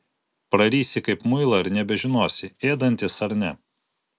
prarysi kaip muilą ir nebežinosi ėdantis ar ne